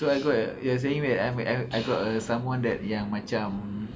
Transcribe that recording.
so I got you're saying that I I I I got uh someone that yang macam